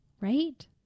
right